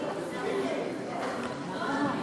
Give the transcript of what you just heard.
רגע.